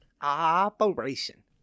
Operation